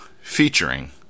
featuring